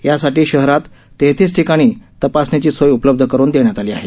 यासाठी शहरात तेहतीस ठिकाणी तपासणीची सोय उपलब्ध करुन देण्यात आली आहे